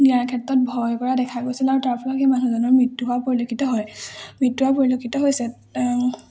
নিয়াৰ ক্ষেত্ৰত ভয় কৰা দেখা গৈছিল আৰু তাৰ ফলত মানুহজনৰ মৃত্যু হোৱা পৰিলক্ষিত হয় মৃত্যু হোৱা পৰিলক্ষিত হৈছে